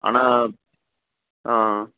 ஆனால் ஆ